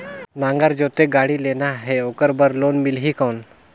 नागर जोते गाड़ी लेना हे ओकर बार लोन मिलही कौन?